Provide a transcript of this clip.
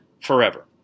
Forever